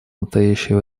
настоящее